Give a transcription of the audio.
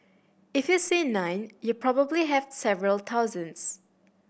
if you see nine you probably have several thousands